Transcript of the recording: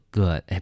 good